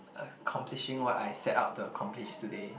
accomplishing what I set out to accomplish today